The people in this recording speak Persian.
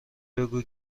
بگو